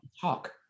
talk